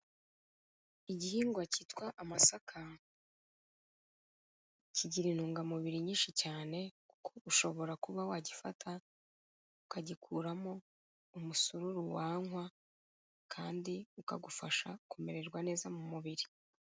Igihingwa cyitwa amasaka, kigira intungamubiri nyinshi cyane kuko ushobora kuba wagifata ukagikuramo umusururu wanywa kandi ukagufasha kumererwa neza mu mubiri.